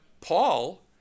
Paul